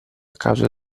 causa